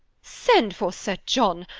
send for sir john!